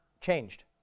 changed